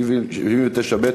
79(ב)